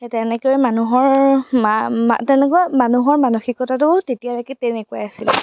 সেই তেনেকৈ মানুহৰ মা মা তেনেকুৱা মানুহৰ মানসিকতাটো তেতিয়ালৈকে তেনেকুৱাই আছিল